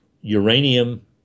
uranium